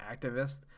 activist